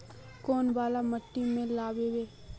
कौन वाला माटी में लागबे?